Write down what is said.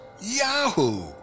Yahoo